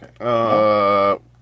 okay